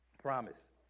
promise